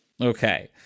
okay